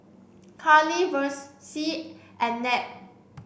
Carley and Ned